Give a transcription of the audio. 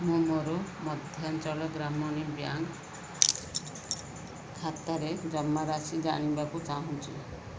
ମୁଁ ମୋର ମଧ୍ୟାଞ୍ଚଳ ଗ୍ରାମୀଣ ବ୍ୟାଙ୍କ ଖାତାରେ ଜମାରାଶି ଜାଣିବାକୁ ଚାହୁଁଛି